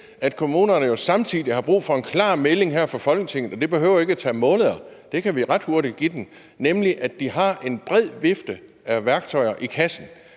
at kommunerne jo samtidig har brug for en klar melding her fra Folketinget, og det behøver ikke at tage måneder, det kan vi ret hurtigt give dem, om, at de har en bred vifte af værktøjer i kassen.